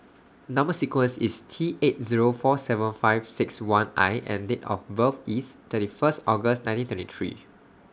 Number sequence IS T eight Zero four seven five six one I and Date of birth IS thirty First August nineteen twenty three